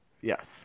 Yes